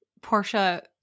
Portia